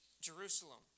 Jerusalem